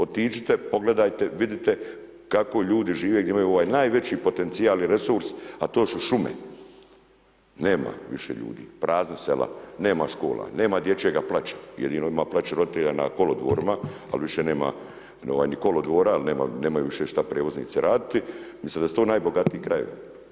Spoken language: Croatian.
Otiđite, pogledajte, vidite kako ljudi žive, gdje imaju ovaj najveći potencijal i resurs, a to su šume, nema više ljudi, prazne sela, nema škola, nema dječjega plaća, jedino ima plaća roditelja na kolodvorima, ali više nema ni kolodvora, ali nemaju više šta prijevoznici raditi, umjesto da su to najbogatiji krajevi.